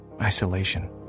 isolation